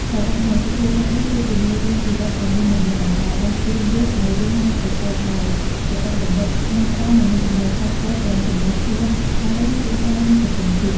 សរុបមក សុភាសិតនេះគឺជាមេរៀនជីវិតដ៏មានតម្លៃ ដែលដាស់តឿនយើងឱ្យរស់នៅប្រកបដោយគតិបណ្ឌិត ស្មោះត្រង់ និងមានទំនួលខុសត្រូវទាំងចំពោះខ្លួនឯង គ្រួសារ និងសង្គមជាតិ។